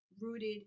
rooted